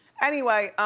anyway,